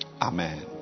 Amen